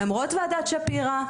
למרות ועדת שפירא,